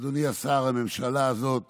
אדוני השר, הממשלה הזאת